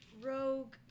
rogue